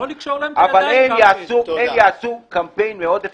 אבל הם יעשו קמפיין מאוד אפקטיבי,